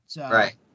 Right